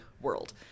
world